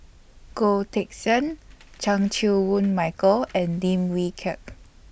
Goh Teck Sian Chan Chew Woon Michael and Dim Wee Kiak